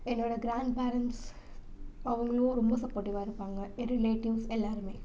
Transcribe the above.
என்னோடய கிராண்ட்பேரன்ஸ் அவங்களும் ரொம்ப சப்போட்டிவ்வாக இருப்பாங்க என் ரிலேட்டிவ்ஸ் எல்லோருமே